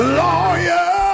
lawyer